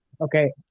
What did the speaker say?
Okay